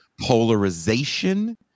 polarization